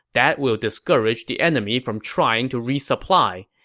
that will discourage the enemy from trying to resupply.